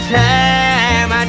time